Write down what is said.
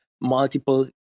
multiple